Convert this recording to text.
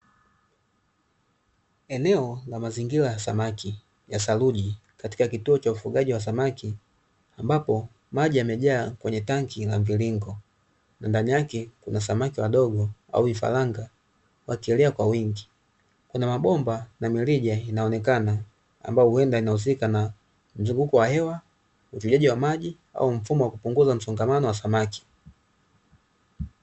Eneo la mazingira ya samaki ya saruji katika kituo cha ufugaji wa samaki, ambapo maji yamejaa kwenye tenki la mviringo ndani yake kuna samaki wadogo au vifaranga wakielea kwa wingi, kuna mabomba na mirija inaonekana ambayo huenda inahusika na mzunguko wa hewa, uchujaji wa maji au mfumo wa kupunguza msongamano wa samaki.